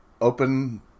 open